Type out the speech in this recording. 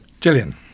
Jillian